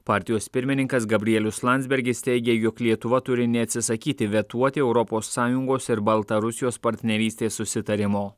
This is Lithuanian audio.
partijos pirmininkas gabrielius landsbergis teigė jog lietuva turi neatsisakyti vetuoti europos sąjungos ir baltarusijos partnerystės susitarimo